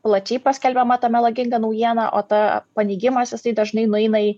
plačiai paskelbiama ta melaginga naujiena o ta paneigimas jisai dažnai nueina į